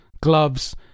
gloves